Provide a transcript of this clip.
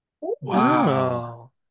Wow